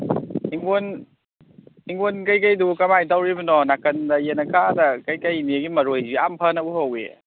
ꯍꯤꯡꯒꯣꯟ ꯍꯤꯡꯒꯣꯟ ꯀꯩꯀꯩꯗꯨ ꯀꯃꯥꯏꯅ ꯇꯧꯔꯤꯕꯅꯣ ꯅꯥꯀꯟꯗ ꯌꯦꯅꯈꯥꯗ ꯀꯩꯀꯩ ꯑꯗꯒꯤ ꯃꯔꯣꯏꯁꯨ ꯌꯥꯝ ꯐꯅ ꯎꯍꯧꯋꯤ